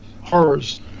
horrors